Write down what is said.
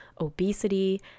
obesity